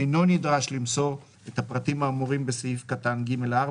אינו נדרש למסור את הפרטים האמורים בסעיף קטן (ג)(4),